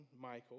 Michael